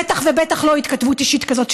בטח ובטח לא התכתבות אישית כזאת,